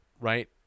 Right